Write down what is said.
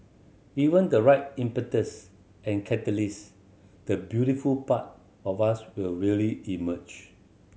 given the right impetus and catalyst the beautiful part of us will really emerge